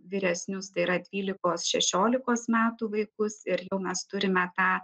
vyresnius tai yra dvylikos šešiolikos metų vaikus ir mes turime tą